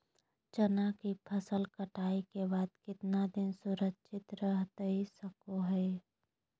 चना की फसल कटाई के बाद कितना दिन सुरक्षित रहतई सको हय?